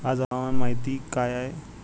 आज हवामान माहिती काय आहे?